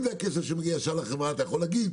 אם זה היה כסף שמגיע ישר לחברה אתה יכול להגיד,